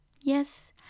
Yes